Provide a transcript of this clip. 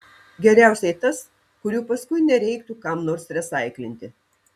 geriausiai tas kurių paskui nereiktų kam nors resaiklinti